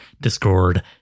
Discord